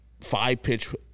five-pitch